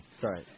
Sorry